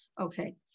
okay